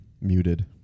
muted